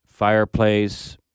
Fireplace